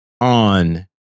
on